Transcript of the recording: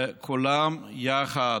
וכולם יחד,